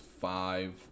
five